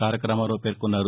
తారక రామారావు పేర్కొన్నారు